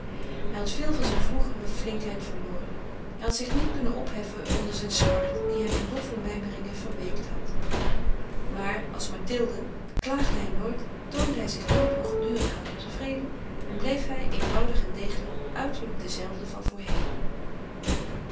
hij had veel van zijne vroegere flinkheid verloren hij had zich niet kunnen opheffen onder zijn smart die hem in doffe mijmeringen verweekt had maar als mathilde klaagde hij nooit toonde hij zich nooit ongedurig en ontevreden en bleef hij eenvoudig en degelijk uiterlijk dezelfde van voorheen